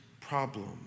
problem